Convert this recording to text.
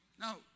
Now